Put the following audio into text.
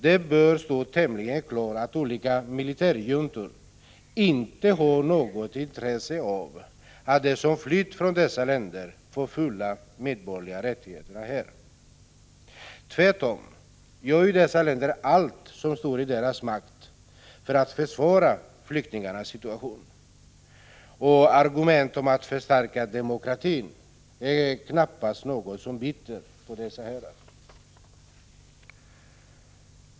Det bör stå tämligen klart att olika militärjuntor inte har något intresse av att de som flytt från dessa länder får fulla medborgerliga rättigheter här. Tvärtom gör ju sådana länder allt som står i deras makt för att försvåra flyktingarnas situation. Och argument om att förstärka demokratin är knappast något som biter på dessa herrar.